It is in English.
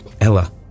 ella